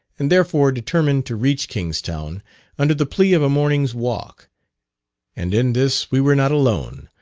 and therefore determined to reach kingstown under the plea of a morning's walk and in this we were not alone,